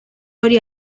hori